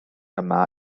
yma